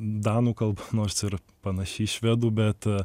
danų kalba nors ir panaši į švedų bet